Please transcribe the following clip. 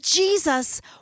Jesus